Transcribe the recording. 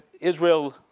Israel